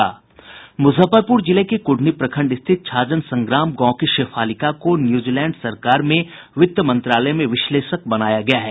मुजफ्फरपुर जिले के कुढ़नी प्रखंड स्थित छाजनसंग्राम गांव की शेफालिका को न्यूजीलैंड सरकार में वित्त मंत्रालय में विश्लेषक बनाया गया है